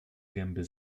gęby